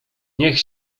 niech